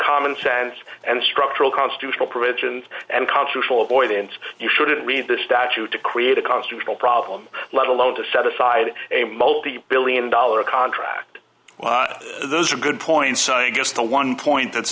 common sense and structural constitutional provisions and constitutional avoidance you shouldn't read the statute to create a constitutional problem let alone to set aside a multi billion dollar contract those are good points and i guess the one point that